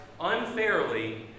unfairly